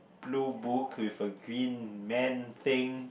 blue book with a green man playing